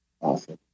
Awesome